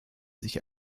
sich